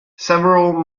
several